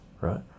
right